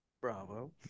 Bravo